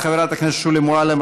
חברי הכנסת, אנחנו עוברים